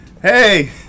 Hey